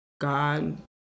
God